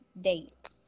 date